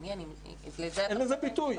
אין לזה ביטוי.